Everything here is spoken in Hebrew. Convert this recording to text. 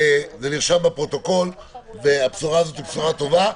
זה נרשם בפרוטוקול והבשורה הזאת היא בשורה טובה.